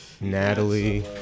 Natalie